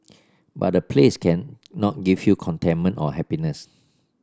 but a place cannot give you contentment or happiness